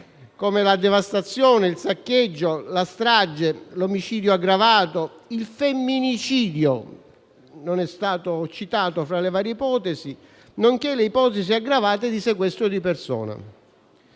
come la devastazione, il saccheggio, la strage, l'omicidio aggravato, il femminicidio (non è stato citato tra le varie ipotesi), nonché le ipotesi aggravate di sequestro di persona.